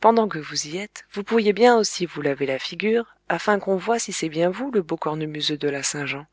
pendant que vous y êtes vous pourriez bien aussi vous laver la figure afin qu'on voie si c'est bien vous le beau cornemuseux de la saint-jean